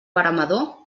veremador